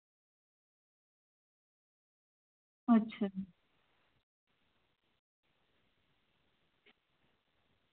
अच्छा